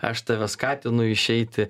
aš tave skatinu išeiti